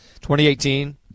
2018